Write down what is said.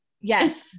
yes